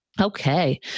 Okay